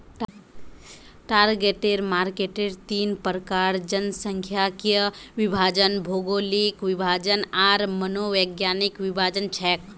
target मार्केटेर तीन प्रकार जनसांख्यिकीय विभाजन, भौगोलिक विभाजन आर मनोवैज्ञानिक विभाजन छेक